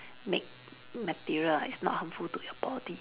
made material it's not harmful to your body